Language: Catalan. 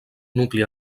nucli